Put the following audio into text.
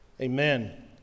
Amen